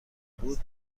بود